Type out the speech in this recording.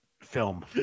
film